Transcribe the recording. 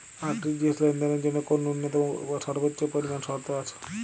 RTGS লেনদেনের জন্য কোন ন্যূনতম বা সর্বোচ্চ পরিমাণ শর্ত আছে?